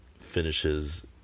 finishes